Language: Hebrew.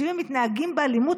שאם הם מתנהגים באלימות,